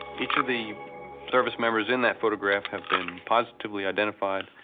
each of the service members in that photograph have been positively identified.